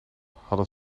hadden